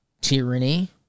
tyranny